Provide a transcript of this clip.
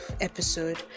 episode